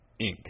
inc